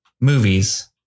movies